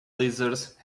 lizards